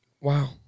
Wow